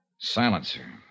Silencer